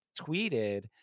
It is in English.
tweeted